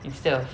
instead of